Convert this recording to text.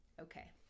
okay